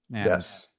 yes.